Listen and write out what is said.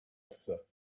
officer